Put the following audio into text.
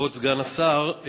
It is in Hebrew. כבוד סגן השר,